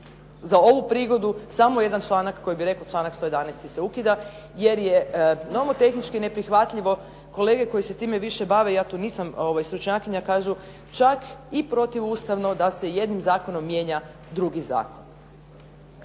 za ovu prigodu samo jedan članak koji bi rekao članak 111. se ukida jer je nomotehnički neprihvatljivo. Kolege koji se time više bave ja tu nisam stručnjakinja kažu čak i protivustavno da se jednim zakonom mijenja drugi zakon.